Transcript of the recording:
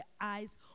eyes